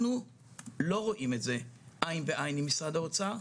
אנחנו לא רואים את זה עין בעין עם משרד האוצר.